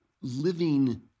living